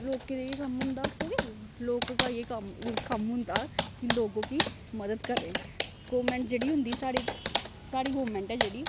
लोकें दा एह् कम्म होंदा हो गै लोकें दा एह् कम्म कम्म होंदा कि लोक गी मदद करै गौरमैंट जेह्ड़ी होंदी साढ़ी साढ़ी गौरमैंट ऐ जेह्ड़ी